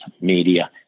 media